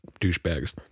douchebags